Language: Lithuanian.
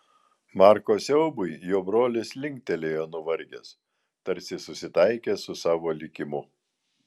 marko siaubui jo brolis linktelėjo nuvargęs tarsi susitaikęs su savo likimu